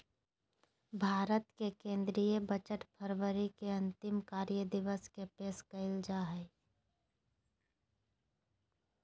भारत के केंद्रीय बजट फरवरी के अंतिम कार्य दिवस के पेश कइल जा हइ